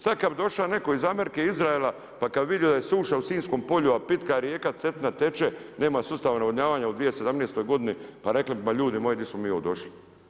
Sad kad bi došao netko iz Amerike, Izraela, pa kad bi vidio da je suša u Sinjskom polju, a pitka rijeka Cetina teče, nema sustava navodnjavanja u 2017. godini, pa rekli bi pa ljudi moji pa di smo mi ovdje došli.